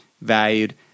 valued